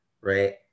right